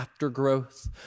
aftergrowth